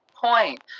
point